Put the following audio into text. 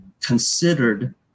considered